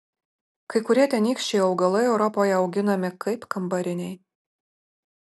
kai kurie tenykščiai augalai europoje auginami kaip kambariniai